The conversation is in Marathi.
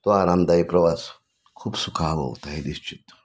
तो आरामदायी प्रवास खूप सुखावह होता हे निश्चित